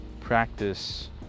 practice